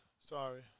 Sorry